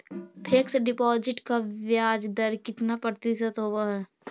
Fix deposit का ब्याज दर कितना प्रतिशत होब है?